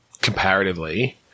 comparatively